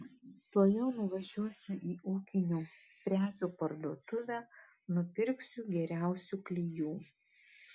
tuojau nuvažiuosiu į ūkinių prekių parduotuvę nupirksiu geriausių klijų